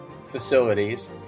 facilities